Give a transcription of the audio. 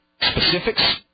Specifics